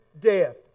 death